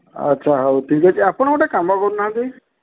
ଆଚ୍ଛା ହଉ ଠିକ୍ ଅଛି ଆପଣ ଗୋଟେ କାମ କରୁ ନାହାନ୍ତି